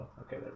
Okay